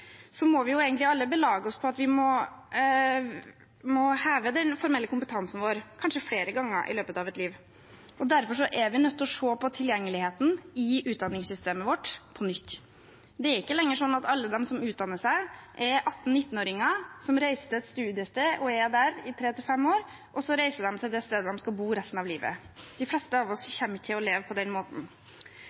må vi alle egentlig belage oss på at vi må heve den formelle kompetansen vår, kanskje flere ganger i løpet av et liv. Derfor er vi nødt til å se på tilgjengeligheten i utdanningssystemet vårt på nytt. Det er ikke lenger sånn at alle de som utdanner seg, er 18–19-åringer som reiser til et studiested og er der i tre til fem år, og så reiser de til det stedet der de skal bo resten av livet. De fleste av oss kommer ikke til å leve på den måten.